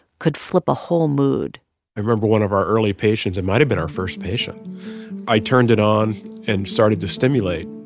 could flip a whole mood i remember one of our early patients it might have been our first patient i turned it on and started to stimulate.